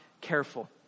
careful